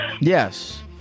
Yes